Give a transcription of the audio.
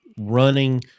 running